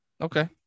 Okay